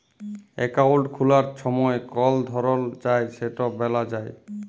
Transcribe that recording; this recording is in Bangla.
একাউল্ট খুলার ছময় কল ধরল চায় সেট ব্যলা যায়